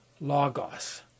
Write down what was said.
logos